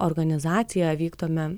organizacija vykdome